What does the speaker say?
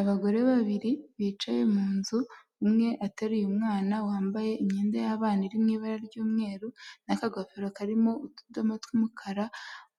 Abagore babiri bicaye mu nzu, umwe ateruye umwana wambaye imyenda y'abana iri mu ibara ry'umweru n'akagofero karimo utudomo tw'umukara,